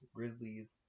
Grizzlies